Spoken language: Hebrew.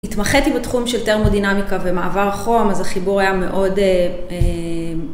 התמחאתי בתחום של טרמודינמיקה ומעבר חום, אז החיבור היה מאוד